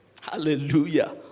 Hallelujah